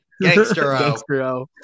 Gangster-o